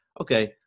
Okay